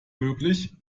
möglich